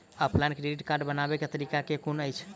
Offline credit card बनाबै केँ तरीका केँ कुन अछि?